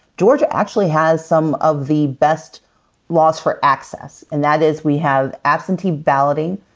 georgia actually has some of the best laws for access. and that is we have absentee balloting,